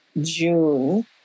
June